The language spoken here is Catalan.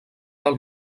del